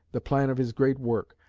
the plan of his great work,